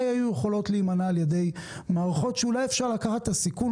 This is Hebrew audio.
היו יכולות להימנע על ידי מערכות שאולי אפשר לקחת את הסיכון,